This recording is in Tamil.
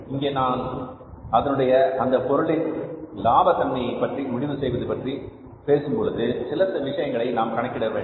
இங்கே நாம் அதனுடைய அந்தப் பொருளின் லாப தன்மையை பற்றி முடிவு செய்வது பற்றி பேசும்பொழுது சில விஷயங்களை நாம் கணக்கிட வேண்டும்